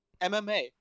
MMA